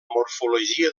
morfologia